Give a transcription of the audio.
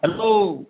hello